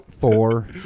Four